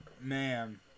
man